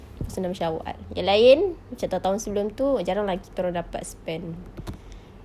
puasa enam syawaal yang lain macam tahun-tahun sebelum itu jarang lah kita orang dapat spend